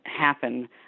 happen